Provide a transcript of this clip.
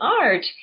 art